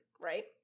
right